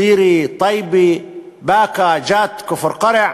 טירה, טייבה, באקה, ג'ת, כפר-קרע,